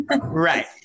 Right